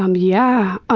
um yeah,